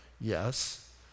Yes